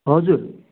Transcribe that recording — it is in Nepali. हजुर